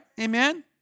Amen